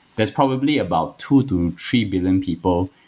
that's probably about two to three billion people,